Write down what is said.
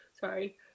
sorry